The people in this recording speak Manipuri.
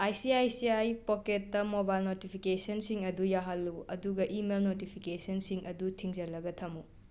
ꯑꯥꯏ ꯁꯤ ꯑꯥꯏ ꯁꯤ ꯑꯥꯏ ꯄꯣꯀꯦꯠꯇ ꯃꯣꯕꯥꯏꯜ ꯅꯣꯇꯤꯐꯤꯀꯦꯁꯟꯁꯤꯡ ꯑꯗꯨ ꯌꯥꯍꯜꯂꯨ ꯑꯗꯨꯒ ꯏꯃꯦꯜ ꯅꯣꯇꯤꯐꯤꯀꯦꯁꯟꯁꯤꯡ ꯑꯗꯨ ꯊꯤꯡꯖꯜꯂꯒ ꯊꯝꯃꯨ